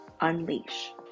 unleash